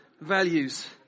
Values